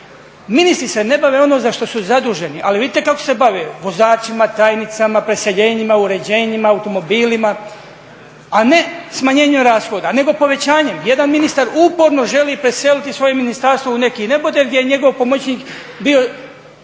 Ministri se ne bave onim za što su zaduženi, ali vidite kako se bave vozačima, tajnicama, preseljenjima, uređenjima, automobilima, a ne smanjenju rashoda nego povećanjem. Jedan ministar uporno želi preseliti svoje ministarstvo u neki neboder gdje je njegov pomoćnik bio